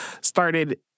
started